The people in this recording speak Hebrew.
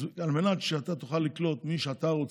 אז על מנת שאתה תוכל לקלוט את מי שאתה רוצה,